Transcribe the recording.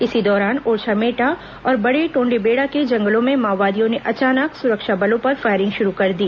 इसी दौरान ओरछामेटा और बड़े टोंडेबेड़ा के जंगलों में माओवादियों ने अचानक सुरक्षा बलों पर फायरिंग शुरू कर दी